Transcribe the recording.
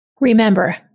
Remember